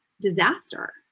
disaster